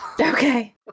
Okay